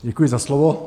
Děkuji za slovo.